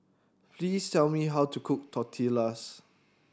please tell me how to cook Tortillas